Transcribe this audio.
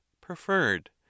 preferred